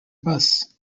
bus